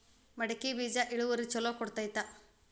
ಮಡಕಿ ಬೇಜ ಇಳುವರಿ ಛಲೋ ಕೊಡ್ತೆತಿ?